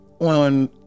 on